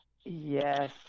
Yes